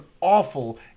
awful